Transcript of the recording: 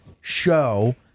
show